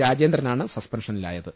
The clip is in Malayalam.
രാജേന്ദ്രനാണ് സസ്പെൻഷനിലായത്